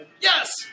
Yes